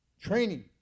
training